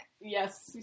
yes